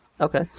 Okay